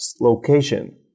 location